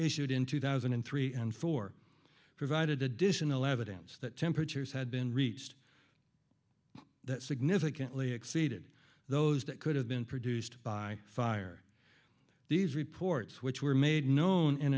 issued in two thousand and three and four provided additional evidence that temperatures had been reached that significantly exceeded those that could have been produced by fire these reports which were made known in